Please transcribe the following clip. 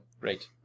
great